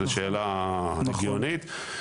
זו שאלה הגיונית --- נכון,